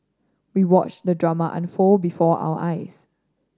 we watched the drama unfold before our eyes